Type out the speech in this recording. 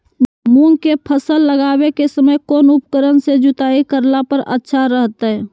मूंग के फसल लगावे के समय कौन उपकरण से जुताई करला पर अच्छा रहतय?